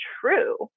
true